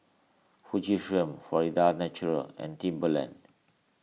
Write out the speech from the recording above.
Fujifilm Florida's Natural and Timberland